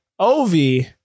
Ovi